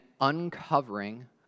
uncovering